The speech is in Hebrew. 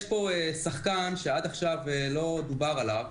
יש פה שחקן שעד עכשיו לא דובר עליו,